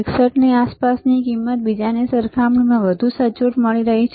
161 ની આસપાસની કિંમત બીજાની સરખામણીમાં વધુ સચોટ મળી રહી છે